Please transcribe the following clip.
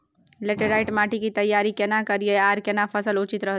Laterite माटी की तैयारी केना करिए आर केना फसल उचित रहते?